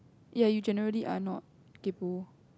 ya you generally are not Kaypoh